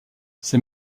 ces